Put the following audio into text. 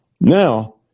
Now